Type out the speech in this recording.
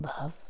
love